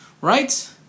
right